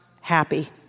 happy